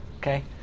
okay